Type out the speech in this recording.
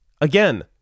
Again